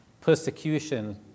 persecution